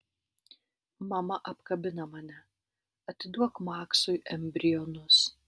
mama apkabina mane atiduok maksui embrionus